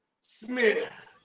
Smith